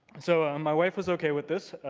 so my wife was okay with this.